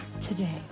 today